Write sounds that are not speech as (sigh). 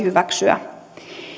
(unintelligible) hyväksyä